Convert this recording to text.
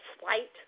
slight